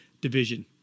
division